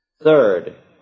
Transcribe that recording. Third